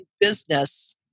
business